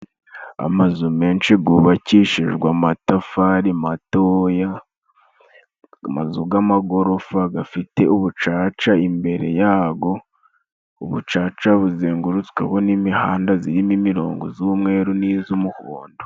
Amazu menshi gubakishijwe amatafari, matoya amazu g'amagorofa gafite ubucaca imbere yabwo ubucaca, buzengurutsweho n'imihanda zirimo imirongo z'umweru n'izumuhondo.